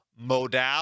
modal